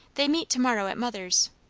they meet to-morrow at mother's.